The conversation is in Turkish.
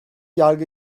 yargı